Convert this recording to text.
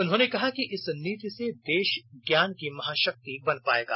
उन्होंने कहा कि इस नीति से देश ज्ञान की महाशक्ति बन पाएगा